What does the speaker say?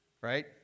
right